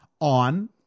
on